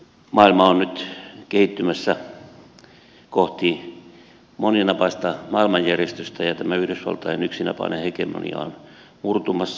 maailma on nyt kehittymässä kohti moninapaista maailmanjärjestystä ja tämä yhdysvaltain yksinapainen hegemonia on murtumassa